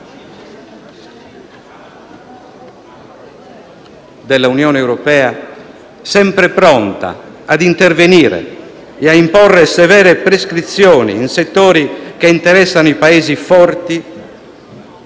L'Unione europea è sempre pronta ad intervenire e a imporre severe prescrizioni in settori che interessano i Paesi forti